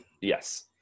Yes